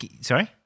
Sorry